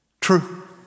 True